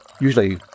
usually